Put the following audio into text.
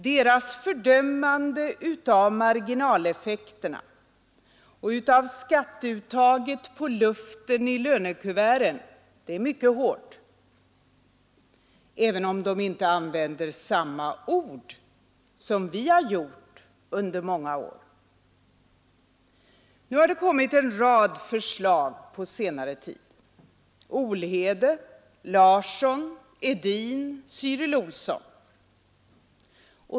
Deras fördömande av marginaleffekterna av skatteuttaget på luften i lönekuverten är mycket hårt, även om de inte använder samma ord som vi gjort under många år. Nu har det kommit fram en rad förslag på senare tid — från Olhede, Larsson, Hedin och Cyril Olsson.